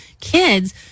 kids